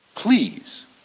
please